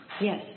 Yes